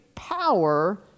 Power